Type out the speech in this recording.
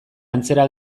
antzera